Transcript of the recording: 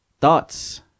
Thoughts